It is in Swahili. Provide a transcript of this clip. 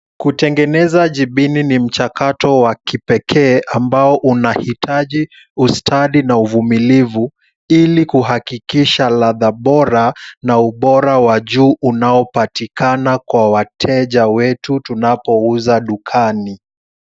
Kutengeza jibini ni mchakato wa kipekee ambao unahitaji ustadi na uvumilivu ili kuhakikisha ladha bora na ubora wa juu unaopatikana kwa wateja wetu tunapouza dukani.